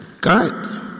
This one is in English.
God